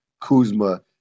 Kuzma